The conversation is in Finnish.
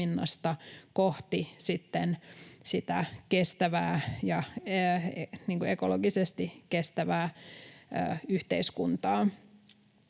kohti sitä ekologisesti kestävää yhteiskuntaa.